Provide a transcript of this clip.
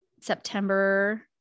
September